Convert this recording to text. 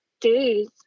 days